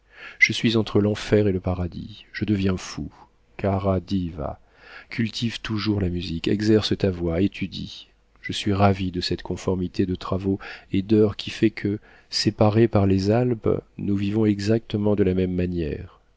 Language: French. je suis entre l'enfer et le paradis je deviens fou cara diva cultive toujours la musique exerce ta voix étudie je suis ravi de cette conformité de travaux et d'heures qui fait que séparés par les alpes nous vivons exactement de la même manière